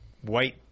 white